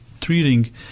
treating